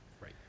Right